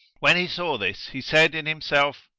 when he saw this, he said in himself,